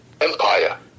empire